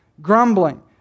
grumbling